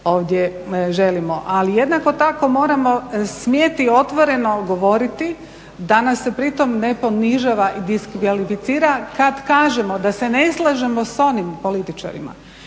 ovdje želimo. Ali jednako tako moramo smjeti otvoreno govoriti da nas se pritom ne ponižava i diskvalificira kad kažemo da se ne slažemo s onim političarima,